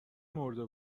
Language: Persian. مرده